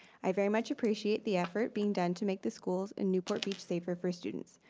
i very much appreciate the effort being done to make the schools in newport beach safer for students.